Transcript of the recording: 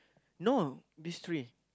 no this three